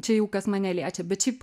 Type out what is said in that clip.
čia jau kas mane liečia bet šiaip